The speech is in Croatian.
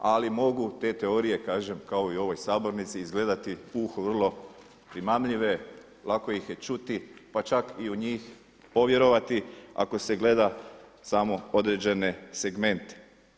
Ali mogu te teorije, kažem kao i u ovoj sabornici izgledati … vrlo primamljive, lako ih je čuti, pa čak i u njih povjerovati ako se gleda samo određene segmente.